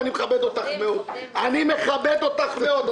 אני מכבד אותך מאוד.